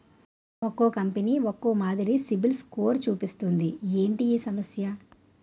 ఒక్కో కంపెనీ ఒక్కో మాదిరి సిబిల్ స్కోర్ చూపిస్తుంది ఏంటి ఈ సమస్య?